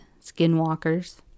skinwalkers